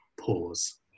pause